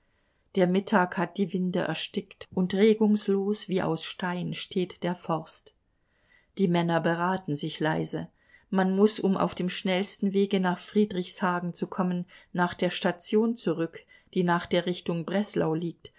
der mittag hat die winde erstickt und regungslos wie aus stein steht der forst die männer beraten sich leise man muß um auf dem schnellsten wege nach friedrichshagen zu kommen nach der station zurück die nach der richtung breslau liegt